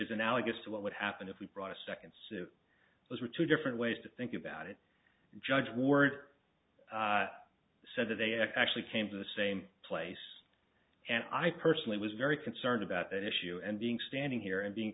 to what would happen if we brought a second suit those were two different ways to think about it judge ward said that they actually came to the same place and i personally was very concerned about that issue and being standing here and being